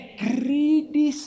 greedy